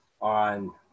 on